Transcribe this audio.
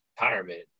retirement